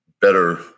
better